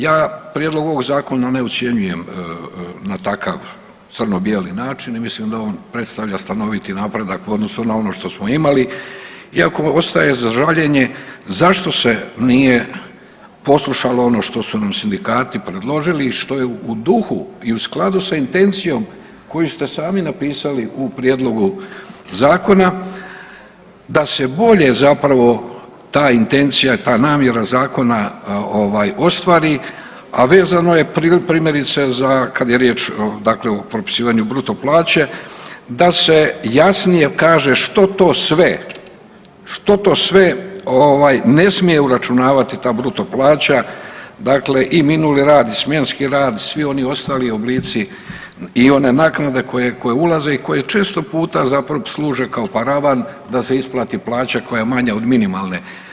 Ja prijedlog ovog zakona ne ocjenjujem na takav crno bijeli način i mislim da on predstavlja stanoviti napredak u odnosu na ono što smo imali iako ostaje za žaljenje zašto se nije poslušalo ono što su nam sindikati predložili i što je u duhu i u skladu s intencijom koju ste sami napisali u prijedlogu zakona da se bolje zapravo ta intencija, ta namjera zakona ovaj ostvari, a vezano je primjerice za kad je riječ o dakle o propisivanju bruto plaće da se jasnije kaže što to sve, što to sve ovaj ne smije uračunavati ta bruto plaća, dakle i minuli rad i smjenski rad i svi oni ostali oblici i one naknade koje, koje ulaze i koje često puta zapravo služe kao paravan da se isplati plaća koja je manja od minimalne.